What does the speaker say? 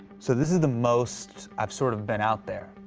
so this is the most i've sort of, been out there.